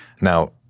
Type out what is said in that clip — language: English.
Now